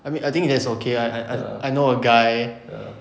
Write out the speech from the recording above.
I mean I think that's okay ah like I I know a guy